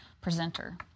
presenter